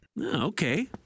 Okay